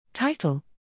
Title